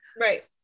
Right